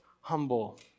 humble